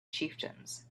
chieftains